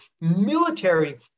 military